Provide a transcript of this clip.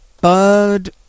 Bud